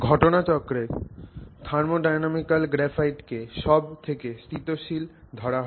ঘটনাচক্রে thermodynamical graphite কে সব থেকে স্থিতিশীল ধরা হয়